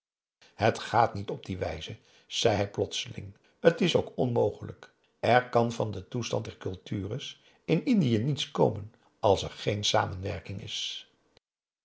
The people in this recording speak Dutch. het gaat niet op die wijze zei hij plotseling t is ook onmogelijk er kan van den toestand der cultures in indië niets komen als er geen samenwerking is